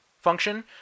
function